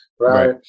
right